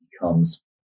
becomes